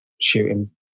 shooting